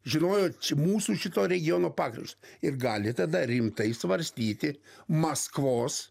žinojo mūsų šito regiono pagrindus ir gali tada rimtai svarstyti maskvos